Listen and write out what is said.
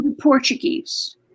Portuguese